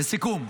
לסיכום,